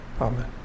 Amen